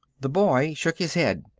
the boy shook his head.